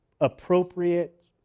appropriate